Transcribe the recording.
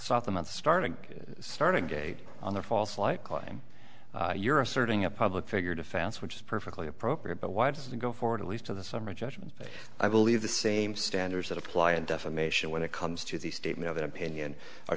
out starting starting date on their false light claim you're asserting a public figure defense which is perfectly appropriate but why does it go forward at least to the summary judgment i believe the same standards that apply in defamation when it comes to the statement of an opinion or